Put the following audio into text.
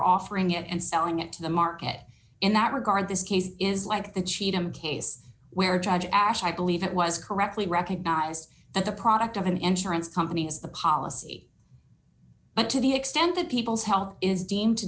offering it and selling it to the market in that regard this case is like the cheatham case where judge ash i believe it was correctly recognized that the product of an insurance company is the policy but to the extent that people's health is deemed to